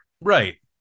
Right